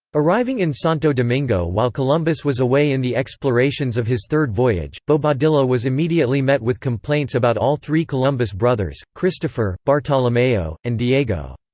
arriving in santo domingo while columbus was away in the explorations of his third voyage, bobadilla was immediately met with complaints about all three columbus brothers christopher, bartolomeo, and diego.